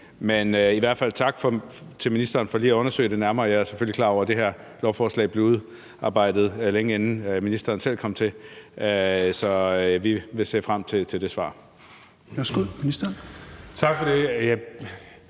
Men i hvert fald tak til ministeren for lige at undersøge det nærmere, og jeg er selvfølgelig klar over, at det her lovforslag er blevet udarbejdet, længe inden ministeren selv kom til, så vi vil se frem til det svar.